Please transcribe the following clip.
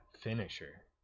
Finisher